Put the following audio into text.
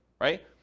right